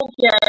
Okay